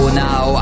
now